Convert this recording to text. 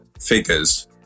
figures